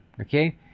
Okay